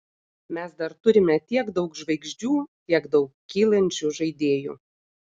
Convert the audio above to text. mes dar turime tiek daug žvaigždžių tiek daug kylančių žaidėjų